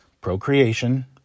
Procreation